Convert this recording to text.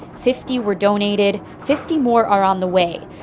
fifty were donated. fifty more are on the way.